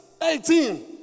eighteen